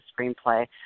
screenplay